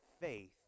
faith